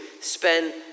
spend